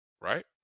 Right